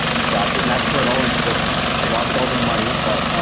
exactly. and i pour it all into bitcoin. i lost all the money, but